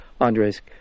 Andres